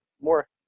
more